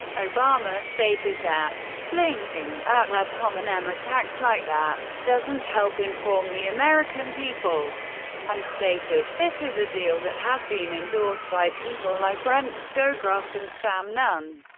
obama stated that fling ing out ad hominem attacks like that. doesn't help inform the american people and stated this is a deal that has been endorsed by people like brent scowcroft and sam nunn.